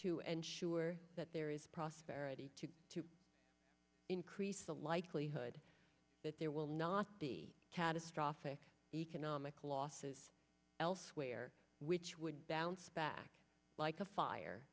to end sure that there is prosperity to increase the likelihood that there will not be catastrophic economic losses elsewhere which would balance back like a fire